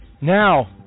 Now